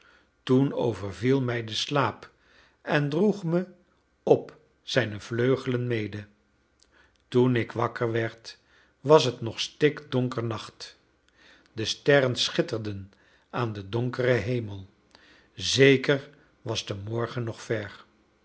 toen overviel mij de slaap en droeg me op zijne vleugelen mede toen ik wakker werd was het nog stikdonker nacht de sterren schitterden aan den donkeren hemel zeker was de morgen nog ver